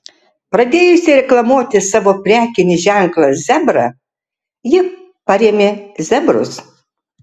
pradėjusi reklamuoti savo prekinį ženklą zebra ji parėmė zebrus